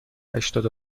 هشتاد